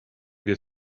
wir